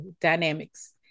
dynamics